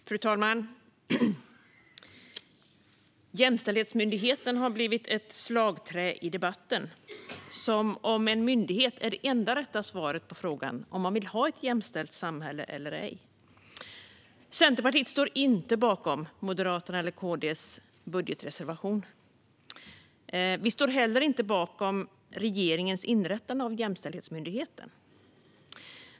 Fru talman! Jämställdhetsmyndigheten har blivit ett slagträ i debatten, som om en myndighet är det enda rätta svaret på frågan om man vill ha ett jämställt samhälle eller ej. Centerpartiet står inte bakom Moderaternas och Kristdemokraternas budgetreservation. Vi står heller inte bakom regeringens inrättande av Jämställdhetsmyndigheten.